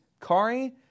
Kari